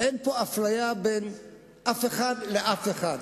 אין פה אפליה בין אף אחד לאף אחד.